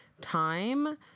time